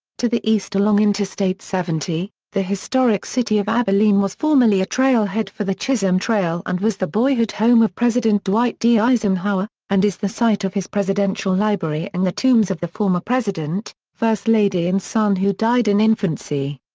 to the east along interstate seventy, the historic city of abilene was formerly a trailhead for the chisholm trail and was the boyhood home of president dwight d. eisenhower, and is the site of his presidential library and the tombs of the former president, first lady and son who died in infancy.